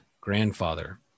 grandfather